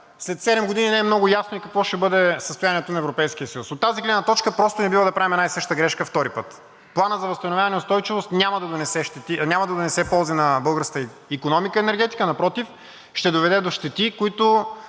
седем години не е много ясно какво ще бъде състоянието на Европейския съюз. От тази гледна точка просто не бива да правим една и съща грешка втори път. Планът за възстановяване и устойчивост няма да донесе ползи на българската икономика и енергетика, напротив, ще доведе до щети, които,